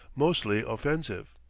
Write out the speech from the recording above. mostly offensive.